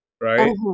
right